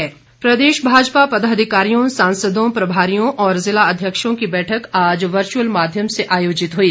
भाजपा बैठक प्रदेश भाजपा पदाधिकारियों सांसदों प्रभारियों और ज़िला अध्यक्षों की बैठक आज वर्चुअल माध्यम से आयोजित हुई